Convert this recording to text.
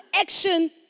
action